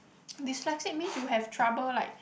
dyslexic means you have trouble like